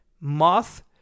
Moth